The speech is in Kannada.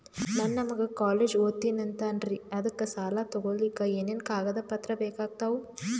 ನನ್ನ ಮಗ ಕಾಲೇಜ್ ಓದತಿನಿಂತಾನ್ರಿ ಅದಕ ಸಾಲಾ ತೊಗೊಲಿಕ ಎನೆನ ಕಾಗದ ಪತ್ರ ಬೇಕಾಗ್ತಾವು?